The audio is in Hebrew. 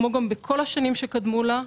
כמו גם בכל השנים שקדמו לה,